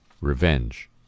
revenge